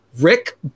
Rick